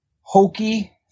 hokey